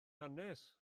hanes